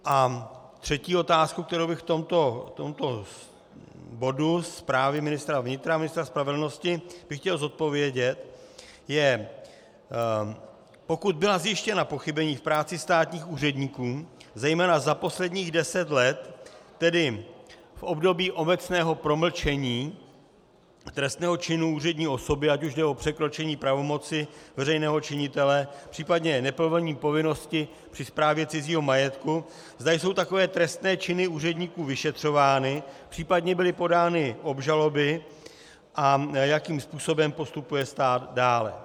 A třetí otázku, kterou bych v tomto bodu, zprávy ministra vnitra a ministra spravedlnosti, chtěl zodpovědět, je, pokud byla zjištěna pochybení v práci státních úředníků, zejména za posledních deset let, tedy v období obecného promlčení trestného činu úřední osoby, ať už jde o překročení pravomoci veřejného činitele, případně neplnění povinnosti při správě cizího majetku, zda jsou takové trestné činy úředníků vyšetřovány, případně byly podány obžaloby, a jakým způsobem postupuje stát dále.